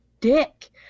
dick